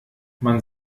man